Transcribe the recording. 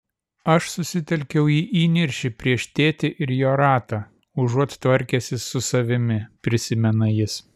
aš susitelkiau į įniršį prieš tėtį ir jo ratą užuot tvarkęsis su savimi prisimena jis